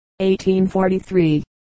1843